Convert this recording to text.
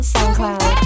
SoundCloud